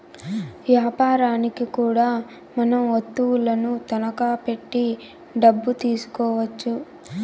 యాపారనికి కూడా మనం వత్తువులను తనఖా పెట్టి డబ్బు తీసుకోవచ్చు